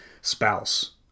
spouse